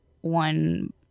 one